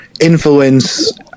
influence